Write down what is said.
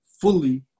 fully